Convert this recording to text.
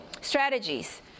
strategies